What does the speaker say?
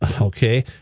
Okay